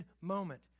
moment